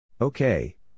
okay